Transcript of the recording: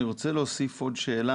אני רוצה להוסיף עוד שאלה.